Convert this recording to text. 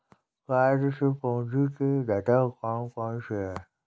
कार्यशील पूंजी के घटक कौन कौन से हैं?